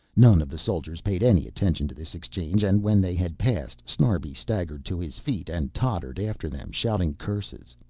none of the soldiers paid any attention to this exchange and when they had passed snarbi staggered to his feet and tottered after them shouting curses.